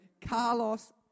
Carlos